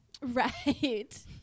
Right